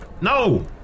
No